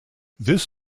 this